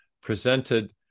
presented